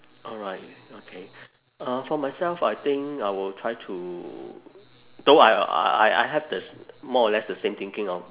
alright okay uh for myself I think I will try to though I I I have the s~ more or less the same thinking of